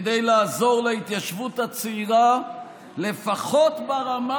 כדי לעזור להתיישבות הצעירה לפחות ברמה